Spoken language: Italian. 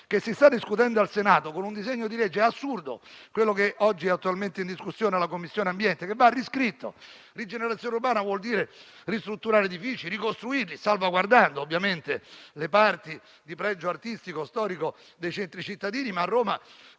che si sta discutendo al Senato con un disegno di legge assurdo, che oggi è attualmente in discussione presso la Commissione territorio, ambiente, beni ambientali, che va riscritto. La rigenerazione urbana vuol dire ristrutturare edifici, ricostruirli, salvaguardando ovviamente le parti di pregio artistico e storico dei centri cittadini. A Roma,